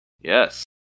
Yes